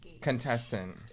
contestant